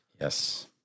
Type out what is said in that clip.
yes